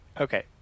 Okay